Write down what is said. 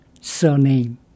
surname